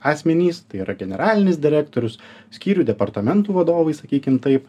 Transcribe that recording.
asmenys tai yra generalinis direktorius skyrių departamentų vadovai sakykim taip